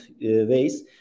ways